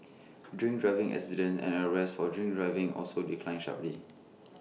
drink driving accidents and arrests for drink driving also declined sharply